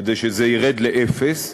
כדי שזה ירד לאפס,